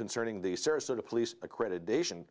concerning the sarasota police accreditation